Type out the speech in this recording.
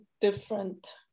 different